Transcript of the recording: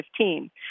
2015